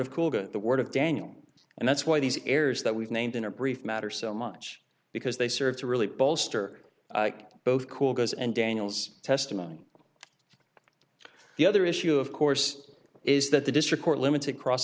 of cool to the word of daniel and that's why these errors that we've named in a brief matter so much because they serve to really bolster both cool guys and daniel's testimony the other issue of course is that the district court limited cross